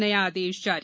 नया आदेश जारी